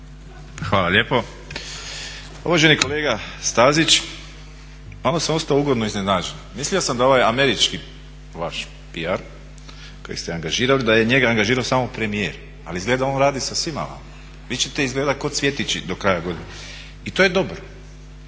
Hvala lijepo. Uvaženi kolega Stazić, malo sam ostao ugodno iznenađen. Mislim da ovaj američki vaš PR koji ste angažirali da je njega angažirao samo premijer, ali izgleda da on radi sa svima vama. Vi ćete izgledati ko cvjetići do kraja godine i to je dobro